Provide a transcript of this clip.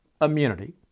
immunity